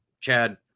Chad